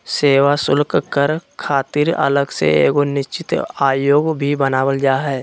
सेवा शुल्क कर खातिर अलग से एगो निश्चित आयोग भी बनावल जा हय